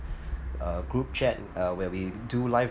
uh group chat uh where we do live